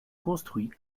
construit